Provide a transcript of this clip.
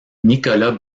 nicholas